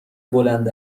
بلند